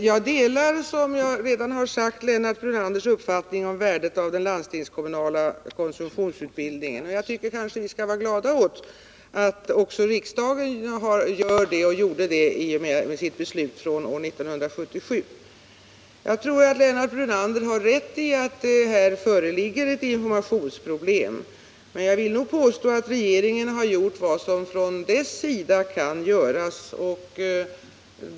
Herr talman! Som jag redan sagt delar jag Lennart Brunanders uppfattning om värdet av den landstingskommunala konsumtionsutbildningen. Jag tycker att vi bör vara glada åt att också riksdagen i och med sitt beslut från 1977 givit uttryck för samma inställning. Jag tror att Lennart Brunander har rätt i att det här föreligger ett informationsproblem, men jag vill nog pås i att regeringen därvidlag gjort vad som från dess sida kan göras.